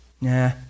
Nah